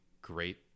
great